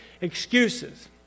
excuses